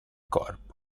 corpo